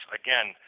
again